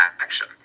action